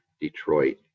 Detroit